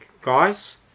guys